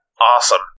Awesome